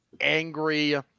angry